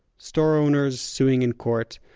store owners suing in court,